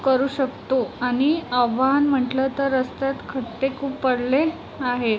करू शकतो आणि आव्हान म्हटलं तर रस्त्यात खड्डे खूप पडले आहेत